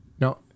Now